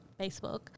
Facebook